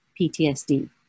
PTSD